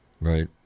right